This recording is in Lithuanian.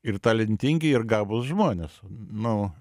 ir talentingi ir gabūs žmonės nu